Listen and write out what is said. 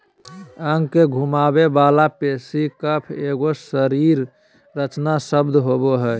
अंग के घुमावे वाला पेशी कफ एगो शरीर रचना शब्द होबो हइ